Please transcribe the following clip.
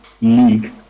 League